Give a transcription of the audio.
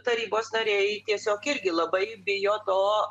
tarybos nariai tiesiog irgi labai bijo to